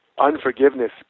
unforgiveness